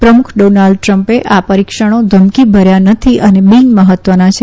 પ્રમુખ ડોનાલ્ડ ટ્રમ્પે આ પરીક્ષણો ધમકીભર્યા નથી અને બીન મહત્વના છે